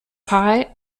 pie